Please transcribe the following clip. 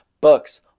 Books